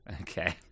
okay